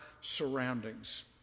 surroundings